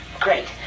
great